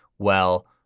well,